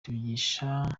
tubigisha